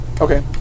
Okay